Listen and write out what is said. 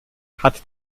hat